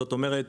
זאת אומרת,